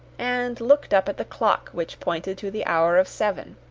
and looked up at the clock, which pointed to the hour of seven.